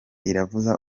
iravuza